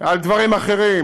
ועל דברים אחרים,